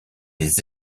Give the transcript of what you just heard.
les